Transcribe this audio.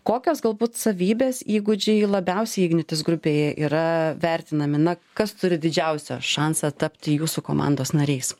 kokios galbūt savybės įgūdžiai labiausiai ignitis grupėje yra vertinami na kas turi didžiausią šansą tapti jūsų komandos nariais